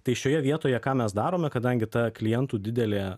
tai šioje vietoje ką mes darome kadangi ta klientų didelė